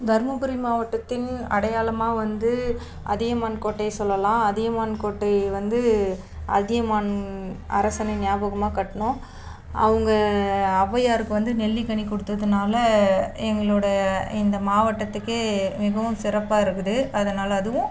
தருமபுரி மாவட்டத்தின் அடையாளமாக வந்து அதியமான் கோட்டையை சொல்லலாம் அதியமான் கோட்டை வந்து அதியமான் அரசனின் ஞாபகமாக கட்டினோம் அவங்க ஔவையார்க்கு வந்து நெல்லிக்கனி கொடுத்ததுனால எங்களோட இந்த மாவட்டடத்துக்கே மிகவும் சிறப்பாக இருக்குது அதனால் அதுவும்